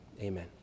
Amen